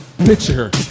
Picture